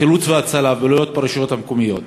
החילוץ וההצלה ופעילויות ברשויות המקומיות